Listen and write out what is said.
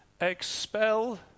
Expel